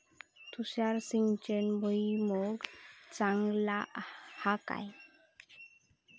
तुषार सिंचन भुईमुगाक चांगला हा काय?